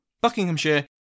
Buckinghamshire